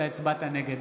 נגד